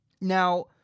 Now